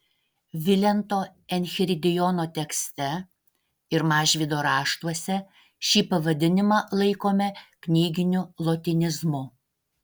vilento enchiridiono tekste ir mažvydo raštuose šį pavadinimą laikome knyginiu lotynizmu